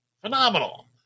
Phenomenal